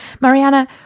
Mariana